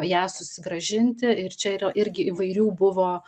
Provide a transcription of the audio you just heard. ją susigrąžinti ir čia yra irgi įvairių buvo